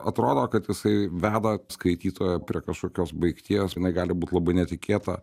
atrodo kad jisai veda skaitytoją prie kažkokios baigties jinai gali būti labai netikėta